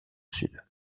sud